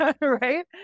right